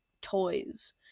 toys